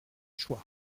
choix